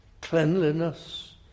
cleanliness